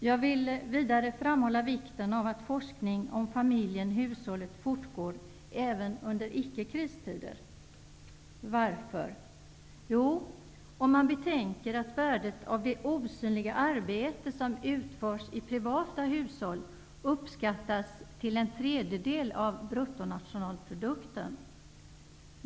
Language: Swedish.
Jag vill vidare framhålla vikten av att forskning om familjen och hushållet fortgår även under icke kristider. Varför? Jo, detta bör ske med tanke på att värdet av det osynliga arbete som utförs i privata hushåll uppskattas till en tredjedel av bruttonationalprodukten.